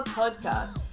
podcast